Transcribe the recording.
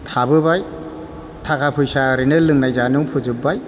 थाबोबाय थाखा फैसा ओरैनो लोंनाय जानायावनो फोजोबबाय